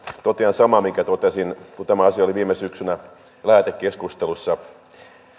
totean saman minkä totesin kun tämä asia oli viime syksynä lähetekeskustelussa